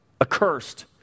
accursed